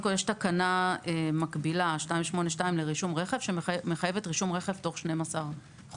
קודם כל יש תקנה מקבילה 282 שמחייבת לרשום את הרכב תוך 12 חודשים,